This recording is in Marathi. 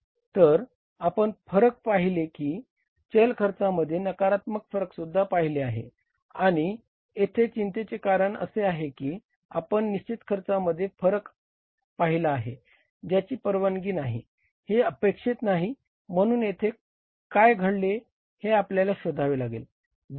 तर आपण फरक पाहिले आहे चल खर्चामध्ये नकारात्मक फरकसुद्धा पाहिले आहे आणि येथे चिंतेचे कारण असे आहे की आपण निश्चित खर्चामध्येही फरक पाहिला आहे ज्याची परवानगी नाही हे अपेक्षित नाही म्हणून येथे काय घडले हे आपल्याला शोधावे लागेल